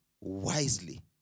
wisely